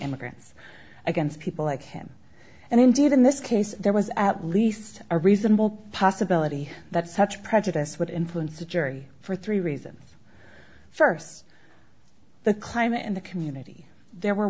immigrants against people like him and indeed in this case there was at least a reasonable possibility that such prejudice would influence the jury for three reasons first the climate and the community there were